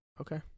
Okay